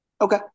Okay